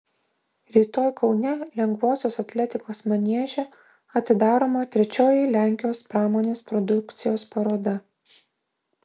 rytoj kaune lengvosios atletikos manieže atidaroma trečioji lenkijos pramonės produkcijos paroda